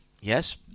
Yes